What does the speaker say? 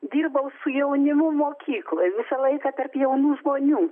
dirbau su jaunimu mokykloj visą laiką tarp jaunų žmonių